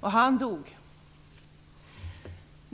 Han dog.